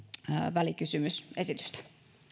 välikysymysesitystä